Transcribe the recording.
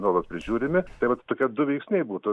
nuolat prižiūrimi tai vat tokie du veiksniai būtų